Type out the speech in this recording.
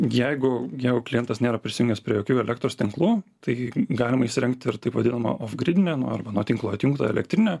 jeigu jeigu klientas nėra prisijungęs prie jokių elektros tinklų tai galima įsirengti ir taip vadinamą ofgrindinę nu arba nuo tinklo atjungtą elektrinę